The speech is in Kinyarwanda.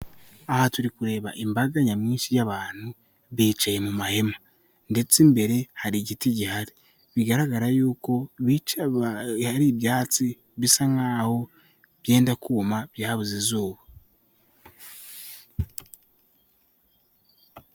Aha turi kureba imbaga nyamwinshi y'abantu bicaye mu mahema, ndetse imbere hari igiti gihari bigaragara y'uko bica hari ibyatsi bisa nk'aho byenda kuma byabuze izuba.